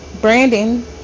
Brandon